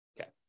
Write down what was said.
Okay